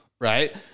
right